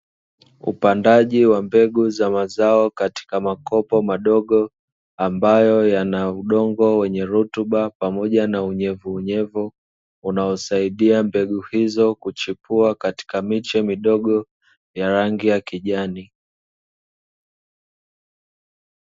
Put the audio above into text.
Upandaji wa mbegu za mazao katika makopo madogo, ambayo yana udongo wenye rutuba pamoja na unyevuunyevu unaosaidia mbegu hizo kuchipua katika miche midogo ya rangi ya kijani.